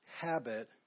habit